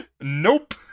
Nope